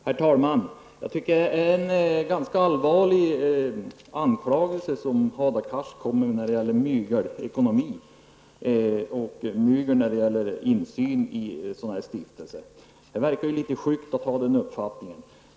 Herr talman! Jag tycker att det är en ganska allvarlig anklagelse som Hadar Cars framför när det gäller mygelekonomi och mygel när det gäller insyn i sådana stiftelser. Det verkar litet sjukt att ha denna uppfattning.